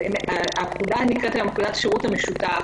הפקודה נקראת היום פקודת השירות המשותף